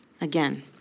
Again